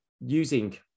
using